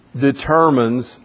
determines